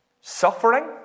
Suffering